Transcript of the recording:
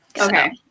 Okay